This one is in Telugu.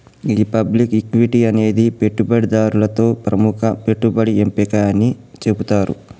గీ పబ్లిక్ ఈక్విటి అనేది పెట్టుబడిదారులతో ప్రముఖ పెట్టుబడి ఎంపిక అని సెబుతారు